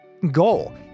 goal